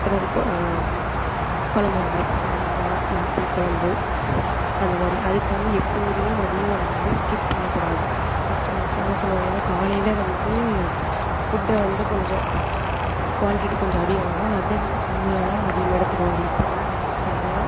எதாவது கொ கொழம்பு மாதிரி சாம்பார் இல்லைன்னா புளிக்கொழம்பு அந்தமாதிரி அதுக்கு வந்து எப்போதுமே மதிய உணவை வந்து ஸ்கிப் பண்ணக்கூடாது ஃபஸ்ட்டு மோஸ்ட்லி என்ன சொல்லுவாங்க காலையில் வந்து ஃபுட்டை வந்து கொஞ்சம் குவான்டிட்டி கொஞ்சம் அதிகமாகவும் அதைவிட கம்மியாகதான் மதியம் எடுத்துக்கணும் அது எப்படின்னா ரைஸ் கம்மியாக